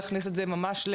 להכניס את זה ממש.